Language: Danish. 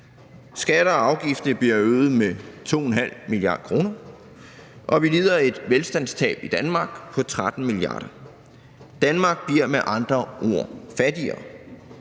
skatter og afgifter bliver øget med 2,5 mia. kr., og at vi lider et velstandstab i Danmark på 13 mia. kr. Danmark bliver med andre ord fattigere,